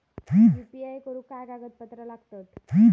UPI करुक काय कागदपत्रा लागतत?